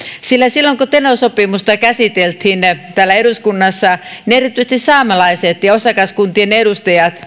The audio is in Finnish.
sillä silloin kun teno sopimusta käsiteltiin täällä eduskunnassa niin erityisesti saamelaiset ja ja osakaskuntien edustajat